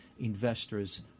investors